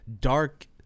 dark